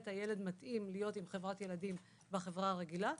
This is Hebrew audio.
הילד מתאים להיות עם חברת ילדים בחברה הרגילה.